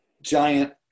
giant